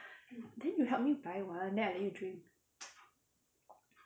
then you help me buy one then I let you drink